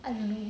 and